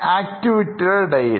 ആക്ടിവിറ്റിയുടെ ഇടയിൽ